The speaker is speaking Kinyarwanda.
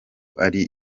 ari